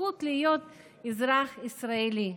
זכות להיות אזרח ישראלי.